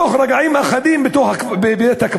בתוך רגעים אחדים בבית-הקברות,